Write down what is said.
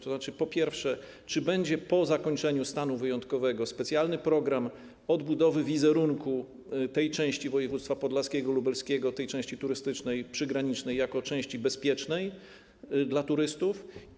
To znaczy, po pierwsze, czy będzie po zakończeniu stanu wyjątkowego specjalny program odbudowy wizerunku tej części województwa podlaskiego i lubelskiego, tej części turystycznej przygranicznej jako części bezpiecznej dla turystów?